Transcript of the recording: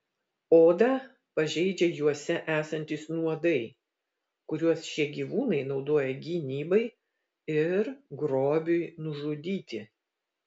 odą pažeidžia juose esantys nuodai kuriuos šie gyvūnai naudoja gynybai ir grobiui nužudyti